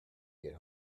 get